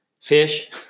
Fish